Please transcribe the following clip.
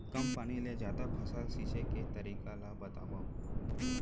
कम पानी ले जादा फसल सींचे के तरीका ला बतावव?